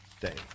day